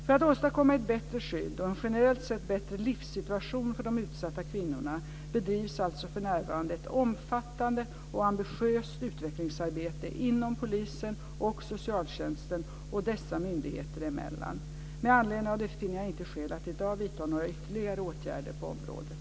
För att åstadkomma ett bättre skydd och en generellt sett bättre livssituation för de utsatta kvinnorna bedrivs alltså för närvarande ett omfattande och ambitiöst utvecklingsarbete inom polisen och socialtjänsten och dessa myndigheter emellan. Med anledning av det finner jag inte skäl att i dag vidta några ytterligare åtgärder på området.